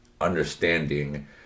understanding